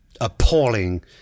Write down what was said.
appalling